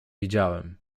widziałem